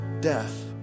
death